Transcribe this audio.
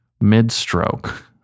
Mid-stroke